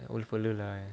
old fella lah